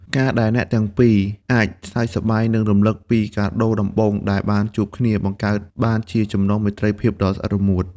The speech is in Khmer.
ការដែលអ្នកទាំងពីរអាចសើចសប្បាយ និងរំលឹកពីកាដូដំបូងដែលបានជួបគ្នា បង្កើតបានជាចំណងមេត្រីភាពដ៏ស្អិតរមួត។